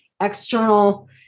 external